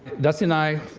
dusty and i,